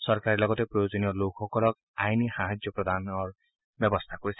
চৰকাৰে লগতে প্ৰয়োজনীয় লোকসকলক আইনী সাহায্য প্ৰদানৰ ব্যৱস্থা কৰিছে